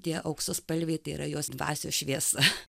tie auksaspalviai tai yra jos dvasios šviesa